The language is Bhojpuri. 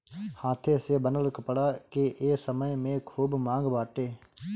हाथे से बनल कपड़ा के ए समय में खूब मांग बाटे